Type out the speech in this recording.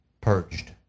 purged